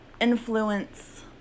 influence